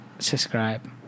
subscribe